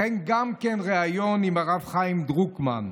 וגם ריאיון עם הרב חיים דרוקמן,